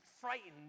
frightened